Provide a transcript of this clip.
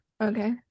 okay